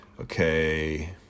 okay